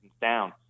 down